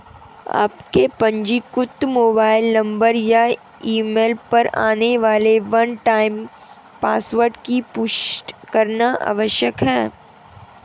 आपके पंजीकृत mobile number या ईमेल पर आने वाले वन टाइम पासवर्ड की पुष्टि करना आवश्यक है